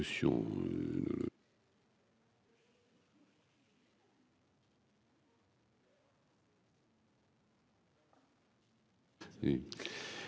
...